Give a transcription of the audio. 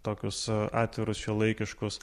tokius atvirus šiuolaikiškus